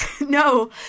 no